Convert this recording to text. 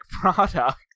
product